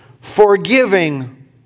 forgiving